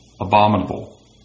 abominable